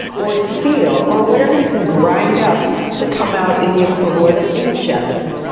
or steel, or whatever you can grind up to come out in the equivalent of ink jets.